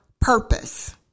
purpose